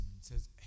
says